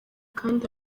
kandi